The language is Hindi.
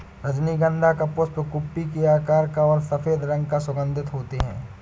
रजनीगंधा का पुष्प कुप्पी के आकार का और सफेद रंग का सुगन्धित होते हैं